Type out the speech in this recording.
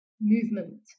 movement